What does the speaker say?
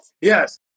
yes